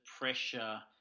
pressure